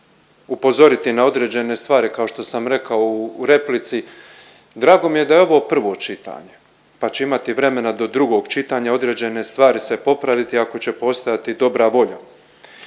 upozoriti na određene stvari kao što sam rekao u replici, drago mi je da je ovo prvo čitanje pa ću imati vremena do drugog čitanja određene stvari se popraviti ako će postojati dobra volja.